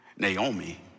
Naomi